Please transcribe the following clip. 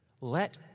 Let